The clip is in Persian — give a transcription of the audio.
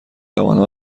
توانم